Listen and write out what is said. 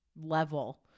level